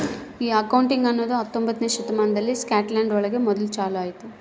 ಈ ಅಕೌಂಟಿಂಗ್ ಅನ್ನೋದು ಹತ್ತೊಂಬೊತ್ನೆ ಶತಮಾನದಲ್ಲಿ ಸ್ಕಾಟ್ಲ್ಯಾಂಡ್ ಒಳಗ ಮೊದ್ಲು ಚಾಲೂ ಆಯ್ತು